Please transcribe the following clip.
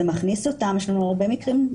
זה מכניס אותם ויש לנו הרבה מאוד מקרים,